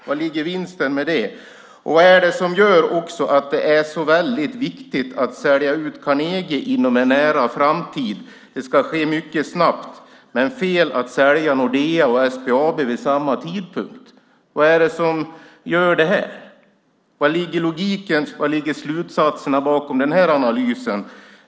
Var ligger vinsten i det? Och vad är det som gör att det är så väldigt vikigt att sälja ut Carnegie i en nära framtid - det ska ske mycket snabbt - men fel att sälja Nordea och SBAB vid samma tidpunkt? Vad är det som gör det här? Var ligger logiken? Var ligger slutsatserna bakom analysen?